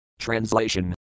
Translation